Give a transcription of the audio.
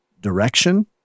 direction